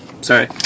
Sorry